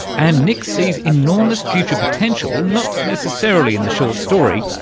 and nick sees enormous future potential not necessarily in the short story,